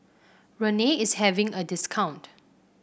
Rene is having a discount